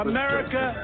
America